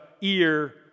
ear